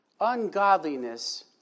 Ungodliness